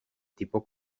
tipo